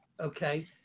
okay